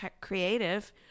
creative